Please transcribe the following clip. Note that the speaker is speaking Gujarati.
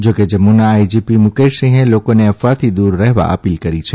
જા કે જમ્મુના આઇજીપી મુકેશસિંહે લોકોને અફવાથી દૂર રહેવા અપીલ કરી છે